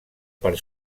per